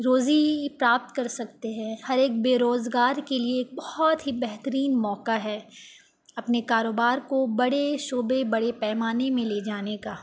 روزی پراپت کر سکتے ہیں ہر ایک بے روزگار کے لیے ایک بہت ہی بہترین موقع ہے اپنے کاروبار کو بڑے شعبے بڑے پیمانے میں لے جانے کا